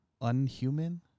Unhuman